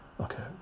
okay